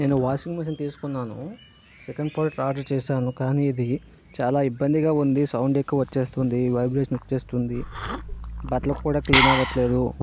నేను washing machine తీసుకున్నాను second product order చేసాను కానీ ఇది చాలా ఇబ్బందిగా ఉంది సౌండ్ ఎక్కువ వచ్చేస్తుంది వైబ్రేషన్ వచ్చేస్తుంది బట్టలు కూడా క్లీన్ అవ్వట్లేదు